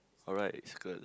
alright is girl